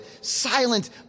silent